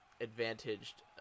advantaged